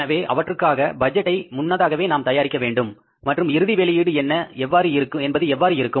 எனவே அவற்றுக்காக பட்ஜெட்டை முன்னதாகவே நாம் தயாரிக்கவேண்டும் மற்றும் இறுதி வெளியீடு என்பது எவ்வாறு இருக்கும்